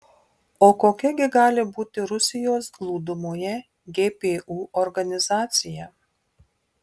o kokia gi gali būti rusijos glūdumoje gpu organizacija